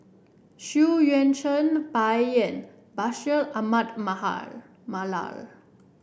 Xu Yuan Zhen Bai Yan Bashir Ahmad Mahal Mallal